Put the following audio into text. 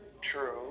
true